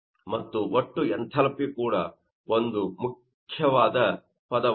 ಮತ್ತು ಒಟ್ಟು ಎಂಥಾಲ್ಪಿ ಕೂಡ ಒಂದು ಮುಖ್ಯವಾದ ಪದವಾಗಿದೆ